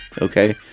okay